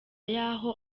y’aho